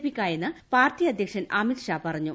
പിക്കായെന്ന് party അധ്യക്ഷൻ അമിത്ഷാ പറഞ്ഞു